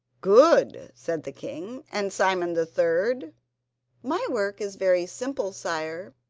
good, said the king and simon the third my work is very simple, sire.